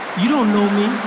you don't know me.